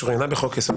שוריינה בחוק יסוד",